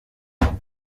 mucye